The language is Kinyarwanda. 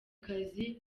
kazi